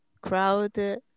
crowd